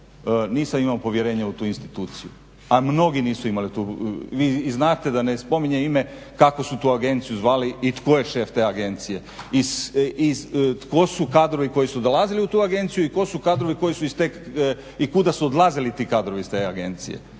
nisam imao povjerenja u tu instituciju, a mnogi nisu imali i znate da ne spominjem ime kako su tu agenciju zvali i to je šef te agencije. I tko su kadrovi koji su dolazili u tu agenciju i tko su kadrovi koji su iz te i